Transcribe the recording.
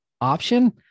option